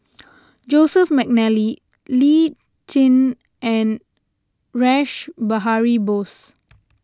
Joseph McNally Lee Tjin and Rash Behari Bose